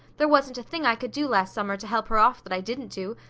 there wasn't a thing i could do last summer to help her off that i didn't do,